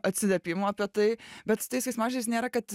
atsiliepimų apie tai bet su tais keiksmažodžiais nėra kad